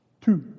Two